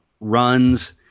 runs